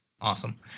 Awesome